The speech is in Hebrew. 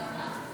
פוגל, בבקשה.